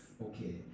okay